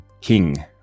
king